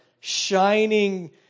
shining